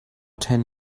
ten